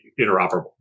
interoperable